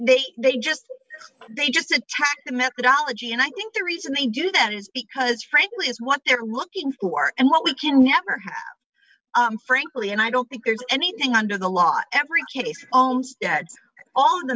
claim they just they just attack the methodology and i think the reason they do that is because frankly is what they're looking for who are and what we can never frankly and i don't think there's anything under the law every case ohm's all the